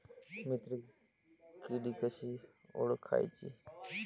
मित्र किडी कशी ओळखाची?